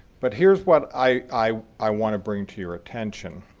but here's what i i want to bring to your attention.